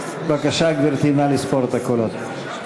בבקשה, גברתי, נא לספור את הקולות.